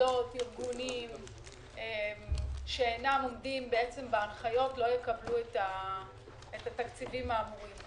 וארגונים שאינם עומדים בהנחיות לא יקבלו את התקציבים האמורים.